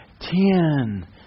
ten